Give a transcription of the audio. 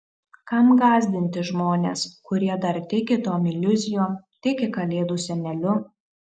kam gąsdinti žmones kurie dar tiki tom iliuzijom tiki kalėdų seneliu